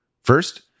First